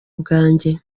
bwanjye